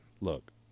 Look